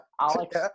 Alex